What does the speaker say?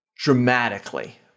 dramatically